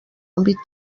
àmbit